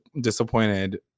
disappointed